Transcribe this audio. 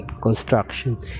construction